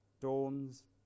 dawns